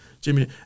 Jimmy